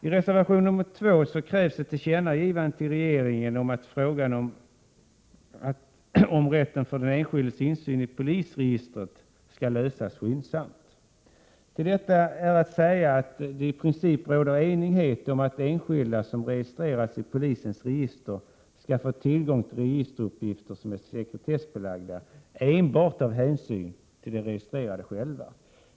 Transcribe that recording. I reservation 2 krävs ett tillkännagivande till regeringen om att frågan om rätten för den enskilde till insyn i polisregister skall lösas skyndsamt. Till detta är att säga att det i princip råder enighet om att enskilda som registreras i polisregister skall få tillgång till registeruppgifter som är sekretessbelagda enbart av hänsyn till de registrerade själva.